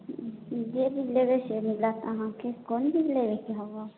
जे लेबै से मिलत अहाँके कोन चीज लेबे के हवऽ